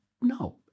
No